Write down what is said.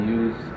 use